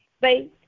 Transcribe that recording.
faith